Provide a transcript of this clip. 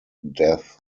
death